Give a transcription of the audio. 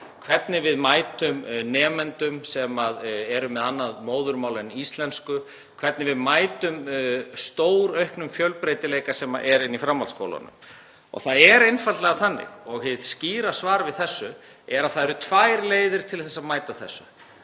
hvernig við mætum nemendum sem eru með annað móðurmál en íslensku, hvernig við mætum stórauknum fjölbreytileika sem er inni í framhaldsskólunum. Það er einfaldlega þannig. Hið skýra svar við þessu er að það eru tvær leiðir til að mæta þessu.